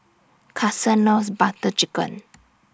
Kason loves Butter Chicken